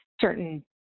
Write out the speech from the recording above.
certain